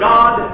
God